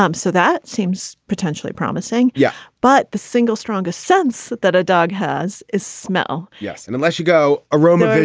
um so that seems potentially promising. yeah but the single strongest sense that that a dog has is smell yes. and unless you go aroma,